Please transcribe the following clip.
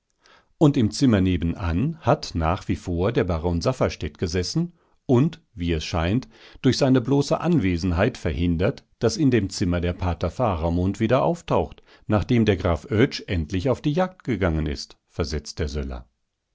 und im zimmer nebenan hat nach wie vor der baron safferstätt gesessen und wie es scheint durch seine bloße anwesenheit verhindert daß in dem zimmer der pater faramund wieder auftaucht nachdem der graf oetsch endlich auf die jagd gegangen ist versetzt der söller